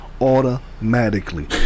Automatically